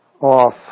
off